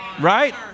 Right